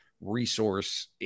resource